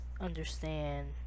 understand